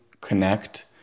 connect